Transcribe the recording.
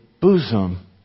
bosom